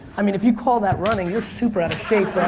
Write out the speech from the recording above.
i mean if you call that running, you're super out of shape,